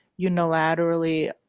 unilaterally